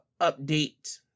update